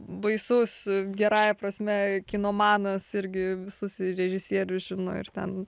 baisus gerąja prasme kino manas irgi visus režisierius žino ir ten